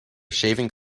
shaving